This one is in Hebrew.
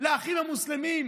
לאחים המוסלמים,